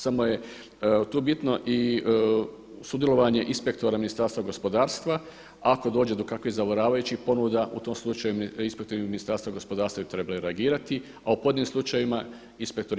Samo je tu bitno i sudjelovanje inspektora Ministarstva gospodarstva ako dođe do kakvih zavaravajućih ponuda u tom slučaju inspektori Ministarstva gospodarstva bi trebali reagirati, a u pojedinim slučajevima inspektori